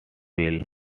feel